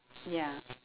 ya